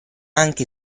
anche